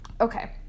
Okay